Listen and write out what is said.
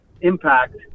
impact